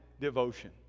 devotion